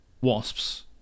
wasps